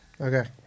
okay